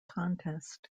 contest